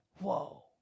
Whoa